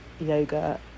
yoga